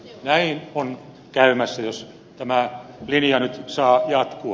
näin on käymässä jos tämä linja nyt saa jatkua